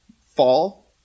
fall